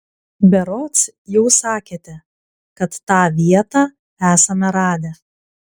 berods jau sakėte kad tą vietą esame radę